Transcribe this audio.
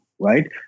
right